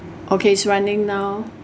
okay it's running now